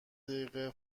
دقیقه